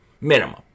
minimum